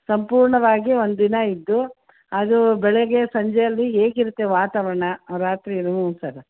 ಸಂಪೂರ್ಣವಾಗಿ ಒಂದು ದಿನ ಇದ್ದು ಅದು ಬೆಳಿಗ್ಗೆ ಸಂಜೆಯಲ್ಲಿ ಹೇಗಿರುತ್ತೆ ವಾತಾವರಣ ರಾತ್ರಿ